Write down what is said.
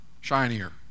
shinier